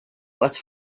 was